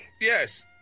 Yes